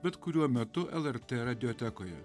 bet kuriuo metu lrt radijotekoje